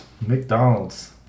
McDonald's